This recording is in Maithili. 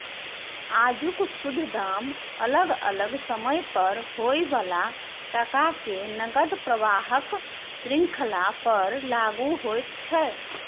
आजुक शुद्ध दाम अलग अलग समय पर होइ बला टका के नकद प्रवाहक श्रृंखला पर लागु होइत छै